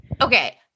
Okay